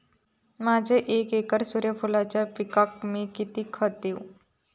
माझ्या एक एकर सूर्यफुलाच्या पिकाक मी किती खत देवू?